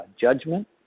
judgment